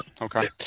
Okay